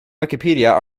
wikipedia